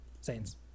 saints